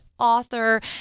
author